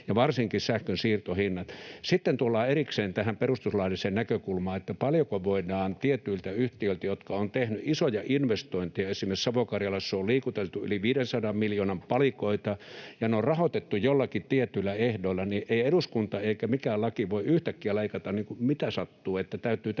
on siitä yksimielinen. Sitten tullaan erikseen tähän perustuslailliseen näkökulmaan, paljonko voidaan leikata tietyiltä yhtiöiltä, jotka ovat tehneet isoja investointeja. Kun esimerkiksi Savo-Karjalassa on liikuteltu yli 500 miljoonan palikoita ja ne on rahoitettu joillakin tietyillä ehdoilla, niin ei eduskunta eikä mikään laki voi yhtäkkiä leikata mitä sattuu, eli täytyy tämäkin ottaa